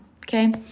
okay